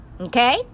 Okay